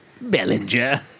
Bellinger